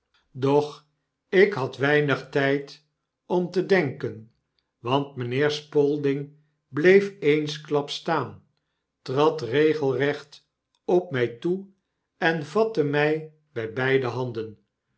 doch ik had weinig tyd om te denken want mynheer spalding bleef eensklaps staan trad regelrecht op mij toe en vatte my by beidehanden